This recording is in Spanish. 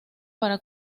para